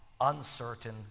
uncertain